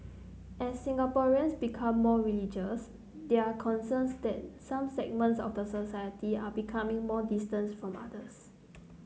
as Singaporeans become more religious there are concerns that some segments of society are becoming more distant from others